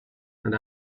and